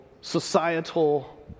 societal